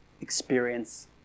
experience